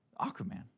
Aquaman